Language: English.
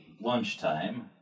lunchtime